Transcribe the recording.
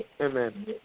Amen